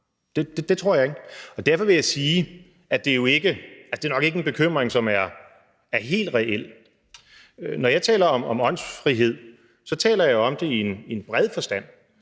Det tror jeg ikke. Og derfor vil jeg sige, at det jo nok ikke er en bekymring, som er helt reel. Når jeg taler om åndsfrihed, taler jeg om det i en bred forstand